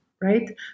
Right